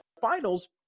finals